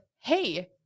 hey